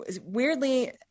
Weirdly